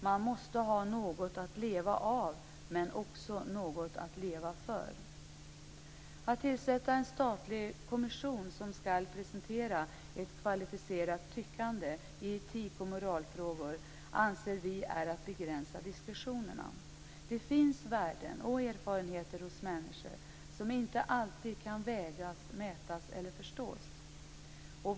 Men måste ha något att leva av, men också något att leva för. Att tillsätta en statlig kommission som skall presentera ett kvalificerat tyckande i etik och moralfrågor anser vi är att begränsa diskussionerna. Det finns värden och erfarenheter hos människor som inte alltid kan vägas, mätas eller förstås.